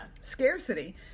scarcity